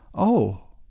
oh.